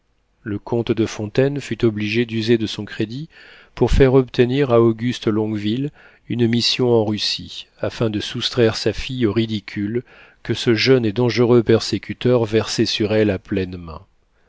le comte de fontaine fut obligé d'user de son crédit pour faire obtenir à auguste longueville une mission en russie afin de soustraire sa fille au ridicule que ce jeune et dangereux persécuteur versait sur elle à pleines mains